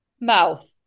mouth